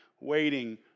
waiting